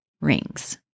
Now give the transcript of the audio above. rings